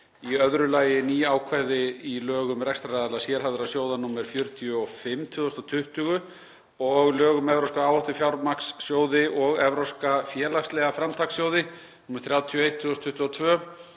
Í öðru lagi ný ákvæði í lög um rekstraraðila sérhæfðra sjóða, nr. 45/2020, og lög um evrópska áhættufjármagnssjóði og evrópska félagslega framtakssjóði, nr. 31/2022,